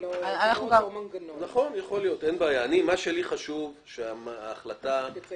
מה שלי חשוב זה שההחלטה תצא